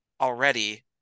already